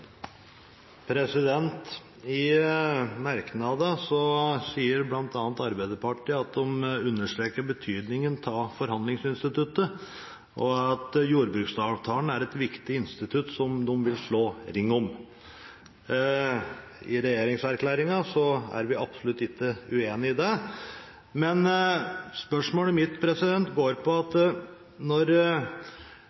I merknadene sier bl.a. Arbeiderpartiet at de understreker betydningen av forhandlingsinstituttet, og at jordbruksavtalen er et viktig institutt som de vil slå ring om. I regjeringserklæringen er vi absolutt ikke uenig i det. Men spørsmålet mitt går på om Storberget, når